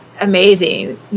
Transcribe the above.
amazing